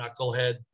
knucklehead